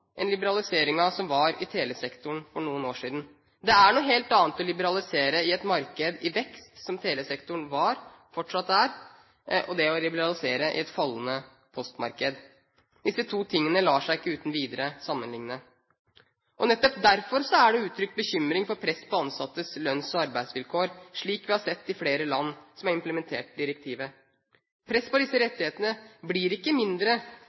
som var i telesektoren for noen år siden. Det er noe helt annet å liberalisere et marked i vekst, som telesektoren var – og fortsatt er – enn å liberalisere et fallende postmarked. Dette lar seg ikke uten videre sammenligne. Nettopp derfor er det uttrykt bekymring for press på ansattes lønns- og arbeidsvilkår, slik vi har sett i flere land som har implementert direktivet. Press på disse rettighetene blir ikke mindre